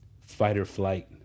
fight-or-flight